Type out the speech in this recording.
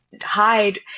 hide